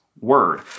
word